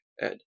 Ed